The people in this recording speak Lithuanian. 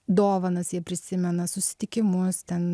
dovanas jie prisimena susitikimus ten